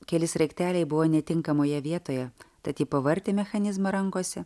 keli sraigteliai buvo netinkamoje vietoje tad ji pavartė mechanizmą rankose